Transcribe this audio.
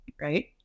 right